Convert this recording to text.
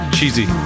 Cheesy